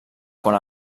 quan